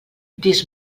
dis